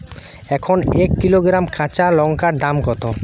এখন এক কিলোগ্রাম কাঁচা লঙ্কার দাম কত?